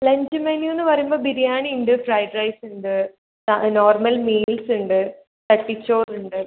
lunch മെനൂന്ന് പറയുമ്പം ബിരിയാണി ഉണ്ട് ഫ്രൈഡ് റൈസ് ഉണ്ട് ആ നോർമൽ മീൽസ് ഉണ്ട് ചട്ടിച്ചോറുണ്ട്